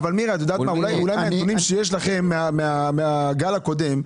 מירי, אולי מהנתונים שיש לכם מן הגל הקודם,